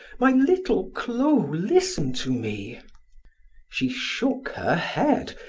my little clo, listen to me she shook her head,